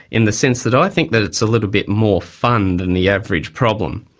in the sense that i think that it's a little bit more fun than the average problem.